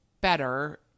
better